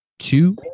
Two